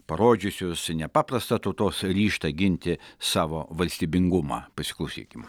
parodžiusius nepaprastą tautos ryžtą ginti savo valstybingumą pasiklausykim